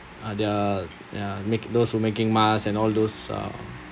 uh they are ya mak~ those who making masks and all those uh